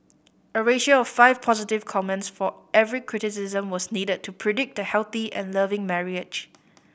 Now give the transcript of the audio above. a ratio of five positive comments for every criticism was needed to predict the healthy and loving marriage